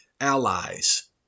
allies